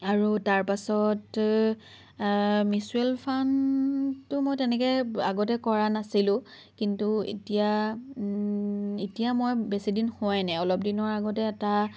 আৰু তাৰ পাছত মিউচুৱেল ফাণ্ডটো মই তেনেকৈ আগতে কৰা নাছিলোঁ কিন্তু এতিয়া এতিয়া মই বেছি দিন হোৱাই নাই অলপ দিনৰ আগতে এটা